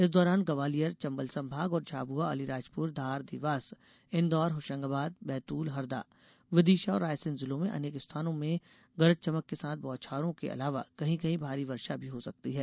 इस दौरान ग्वालियर चम्बल संभाग और झाबुआ अलीराजपुर धार देवास इंदौर होशंगाबाद बैतूल हरदा विदिशा और रायसेन जिलों में अनेक स्थानों में गरज चमक के साथ बौछारों के अलावा कहीं कहीं भारी वर्षा भी हो सकती है